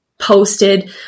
posted